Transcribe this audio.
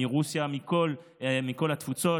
מרוסיה ומכל התפוצות.